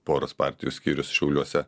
poros partijų skyrius šiauliuose